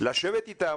לשבת איתם.